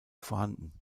vorhanden